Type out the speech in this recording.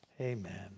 Amen